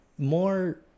More